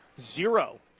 zero